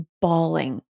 bawling